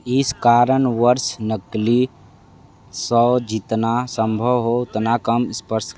इस कारणवर्ष नकली सौ जितना संभव हो उतना कम स्पर्श